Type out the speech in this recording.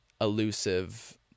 elusive